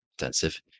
intensive